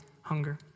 hunger